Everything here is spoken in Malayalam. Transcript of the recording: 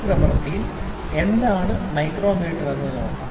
ഈ പ്രവർത്തിയിൽ എന്താണ് മൈക്രോമീറ്റർ എന്ന് നോക്കാം